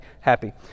happy